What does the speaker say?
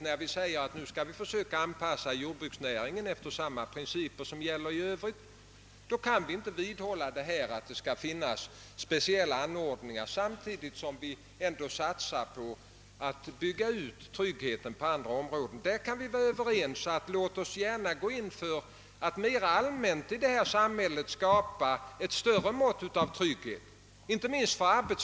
När vi skall försöka anpassa jordbruksnäringen efter samma principer som gäller för arbetsmarknaden i övrigt, kan vi inte vidhålla att det skall finnas speciella anordningar samtidigt som vi satsar på att bygga ut tryggheten efter mera allmänna linjer. Där kan vi vara överens. Låt oss gärna gå in för att mera allmänt skapa ett större mått av trygghet i samhället.